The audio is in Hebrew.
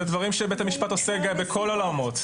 אלה דברים שבית המשפט עושה בכל העולמות,